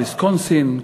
ויסקונסין,